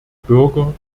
bürger